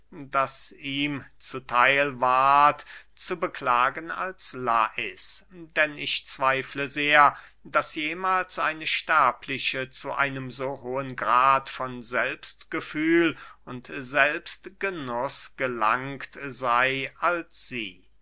das ihm zu theil ward zu beklagen als lais denn ich zweifle sehr daß jemahls eine sterbliche zu einem so hohen grad von selbstgefühl und selbstgenuß gelangt sey als sie